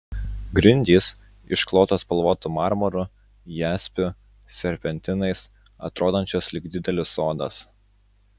grindys išklotos spalvotu marmuru jaspiu serpentinais atrodančios lyg didelis sodas